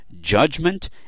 judgment